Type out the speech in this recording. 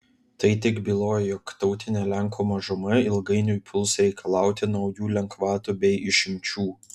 tai tik byloja jog tautinė lenkų mažuma ilgainiui puls reikalauti naujų lengvatų bei išimčių